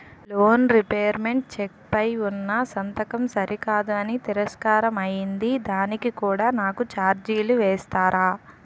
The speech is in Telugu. లోన్ రీపేమెంట్ చెక్ పై ఉన్నా సంతకం సరికాదు అని తిరస్కారం అయ్యింది దానికి కూడా నాకు ఛార్జీలు వేస్తారా?